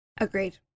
Agreed